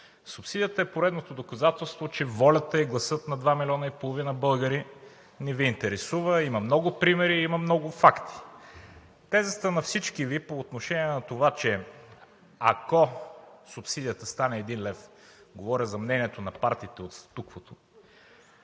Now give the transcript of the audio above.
субсидията е поредното доказателство, че волята и гласът на 2,5 милиона българи не Ви интересува, има много примери, има много факти. Тезата на всички Ви по отношение на това, че ако субсидията стане 1 лв., говоря за мнението на партиите от статуквото,